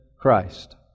Christ